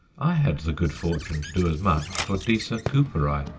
i had the good fortune to do as much for disa cooperi,